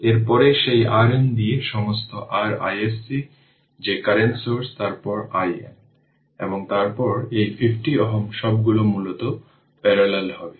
এর পরে সেই RN দিয়ে সমস্ত r iSC যে কারেন্ট সোর্স তারপর RN এবং তারপর এই 50 Ω সবগুলি মূলত প্যারালেল হবে